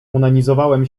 onanizowałam